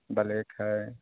black है